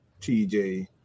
TJ